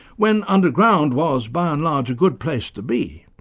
when underground was, by and large, a good place to be.